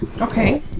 Okay